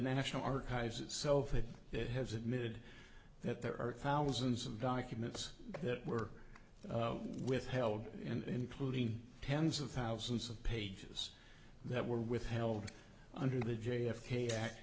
national archives itself that it has admitted that there are thousands of documents that were withheld and including tens of thousands of pages that were withheld under the j f k act